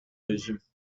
régimes